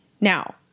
Now